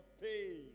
pay